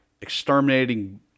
exterminating